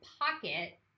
pocket